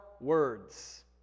words